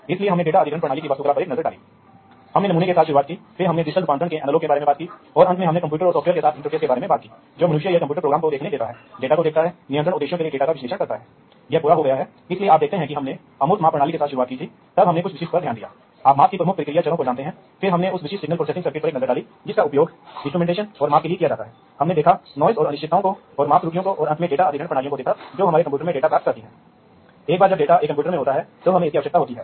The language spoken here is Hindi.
इसलिए क्योंकि यह दो कारणों से यहां बहुत महत्वपूर्ण है पहला कारण यह है पहला कारण यह है कि औद्योगिक वातावरण वास्तव में बहुत कठोर है इसलिए बहुत सारे हैं आप जानते हैं कि कोई व्यक्ति इलेक्ट्रिक आर्क वेल्डिंग कर सकता है चारों ओर कंडक्टरों को ले जाने वाली बड़ी विद्युत धाराएँ हैं इसलिए आपके पास बहुत सारे चुंबकीय और बिजली के हस्तक्षेप हैं